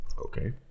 Okay